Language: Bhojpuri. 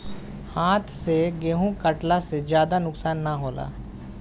हाथ से गेंहू कटला से ज्यादा नुकसान ना होला